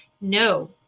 No